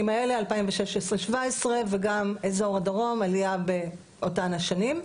האלה 2016-17 וגם אזור הדרום עלייה באותם השנים,